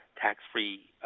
tax-free